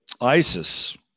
Isis